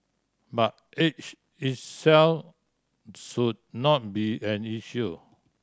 but age itself should not be an issue